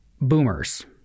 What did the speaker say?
boomers